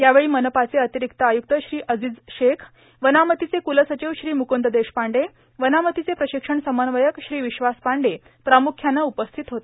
यावेळी मनपाचे र्आर्तारक्त आयुक्त श्री अझीझ शेख वनामतीचे कुलर्साचव श्री मुकुंद देशपांडे वनामतीचे प्राशक्षण समन्वयक श्री र्विश्वास पांडे प्रामुख्यानं उपस्थित होते